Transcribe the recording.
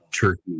turkey